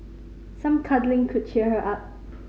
some cuddling could cheer her up